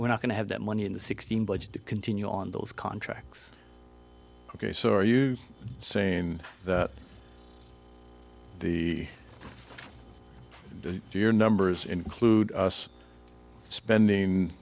we're not going to have that money in the sixteen budget to continue on those contracts ok so are you saying that the year numbers include us spending